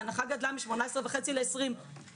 ההנחה גדלה מ-18.5% ל-20%,